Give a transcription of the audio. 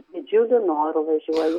didžiuliu noru važiuoju